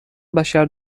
بشر